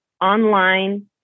online